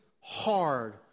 hard